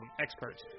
experts